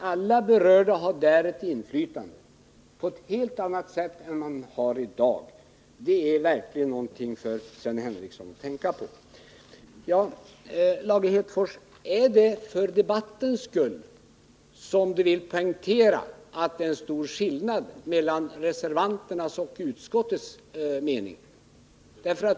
Alla berörda har då ett inflytande på ett helt annat sätt än i dag. Det är verkligen någonting för Sven Henricsson att tänka på. Lars Hedfors vill jag fråga: Är det för debattens skull som ni vill poängtera att det är en stor skillnad mellan reservanternas och utskottets mening?